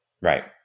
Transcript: Right